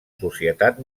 societat